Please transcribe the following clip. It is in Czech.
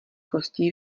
kostí